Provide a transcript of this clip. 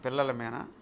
పిల్లల మీన